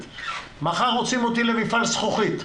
מחר רוצים אותי למפעל זכוכית.